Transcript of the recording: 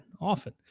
often